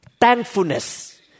thankfulness